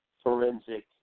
forensic